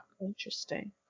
Interesting